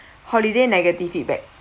holiday negative feedback